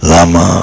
Lama